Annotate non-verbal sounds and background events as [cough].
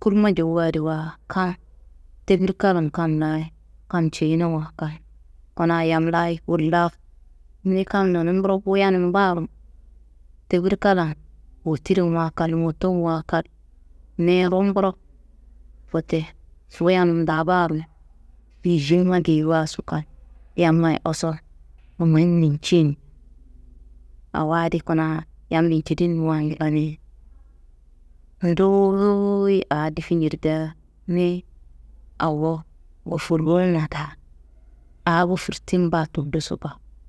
kurma jowadiwa kam tefirka lan kam layi kam ceyinawa kal, kuna yam layi wolla ni kam nonumburo wuyanum baaro tefirka lan wotirri n wa kal, moto n wa kal, niyi rumburo wote wuyanum daa baaro [unintelligible] geyiwaso kal, yammayi usu [unintelligible] awo adi kuna yammi cedinwami. [unintelligible] Nduwuyi aa difi njirdia niyi awo gofurunna daa aa gofurtin baa tulloso baa.